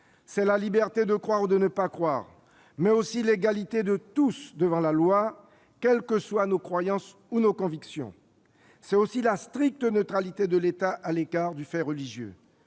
C'est la liberté de croire ou de ne pas croire, mais aussi l'égalité de tous devant la loi, quelles que soient nos croyances ou nos convictions. C'est aussi la stricte neutralité de l'État à l'égard du fait religieux.